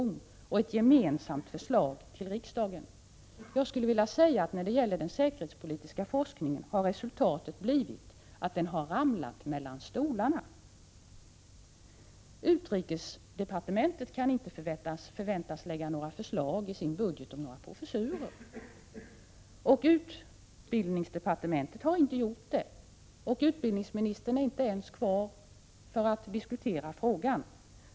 1986/87:131 gemensamt förslag till riksdagen. Jag skulle vilja säga att resultatet när det 26 maj 1987 gäller den säkerhetspolitiska forskningen har blivit att den har ramlat mellan stolarna. Utrikesdepartementet kan inte i sin budget förväntas lägga fram några förslag om några professurer. Utrikesdepartementet har inte gjort det, och utbildningsministern är inte ens kvar för att diskutera frågan.